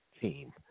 team